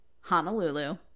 Honolulu